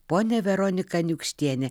ponia veronika aniukštiene